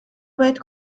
باید